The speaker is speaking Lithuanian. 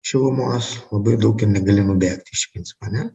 šilumos labai daug ir negali nubėgt iš principo ane